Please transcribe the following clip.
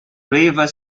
river